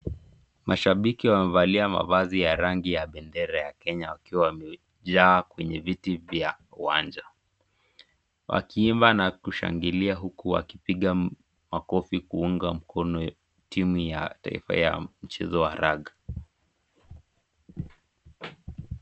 Mashabiki wamevalia mavazi ya rangi ya bendera ya Kenya wakiwa wamejaa kwenye viti vya uwanja, wakiimba na kushangilia huku wakipiga makofi kuunga mkono timu ya taifa ya mchezo wa raga.